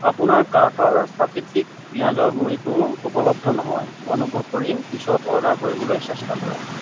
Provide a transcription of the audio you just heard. আপোনাৰ কাৰ্টৰ প্ৰাকৃতিক পিয়াঁজৰ গুড়িটো উপলব্ধ নহয় অনুগ্ৰহ কৰি পিছত অৰ্ডাৰ কৰিবলৈ চেষ্টা কৰক